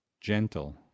gentle